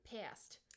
Past